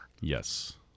Yes